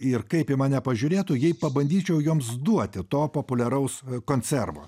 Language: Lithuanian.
ir kaip į mane pažiūrėtų jei pabandyčiau joms duoti to populiaraus konservo